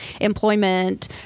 employment